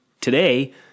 today